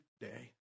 day